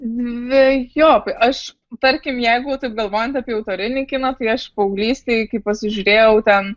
dvejopai aš tarkim jeigu taip galvojant apie autorinį kiną tai aš paauglystėj kai pasižiūrėjau ten